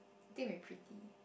think will be pretty